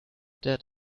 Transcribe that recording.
that